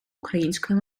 української